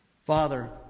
Father